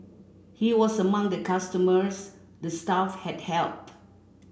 he was among the customers the staff had helped